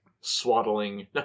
swaddling